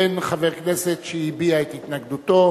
אין חבר כנסת שהביע את התנגדותו.